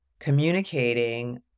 Communicating